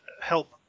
help